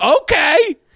okay